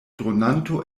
dronanto